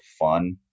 fun